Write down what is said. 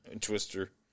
Twister